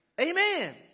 Amen